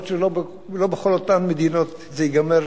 אף-על-פי שלא בכל אותן מדינות זה ייגמר